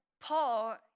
paul